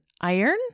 iron